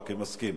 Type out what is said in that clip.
אוקיי, מסכים.